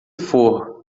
for